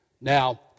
Now